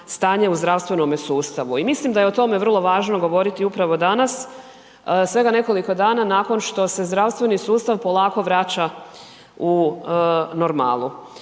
stanje u zdravstvenom sustavu. I mislim da je o tome vrlo važno govoriti upravo danas, svega nekoliko dana nakon što se zdravstveni sustav polako vraća u normalu.